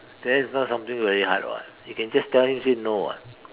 that is not something very hard [what] you can just tell him say no [what]